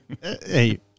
Hey